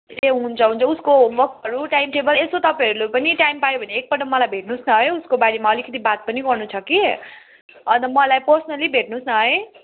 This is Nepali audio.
ए हुन्छ हुन्छ उसको होमवर्कहरू टाइम टेबल यसो तपाईँहरूले पनि टाइम पायो भने एकपल्ट मलाई भेट्नुहोस् न है उसको बारेमा अलिकति बात पनि गर्नु छ कि अन्त मलाई पर्सनल्ली भेट्नुहोस् न है